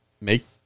make